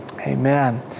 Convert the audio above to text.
Amen